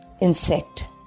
insect